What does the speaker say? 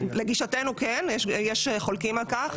לגישתנו כן, יש חולקים על כך.